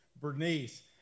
Bernice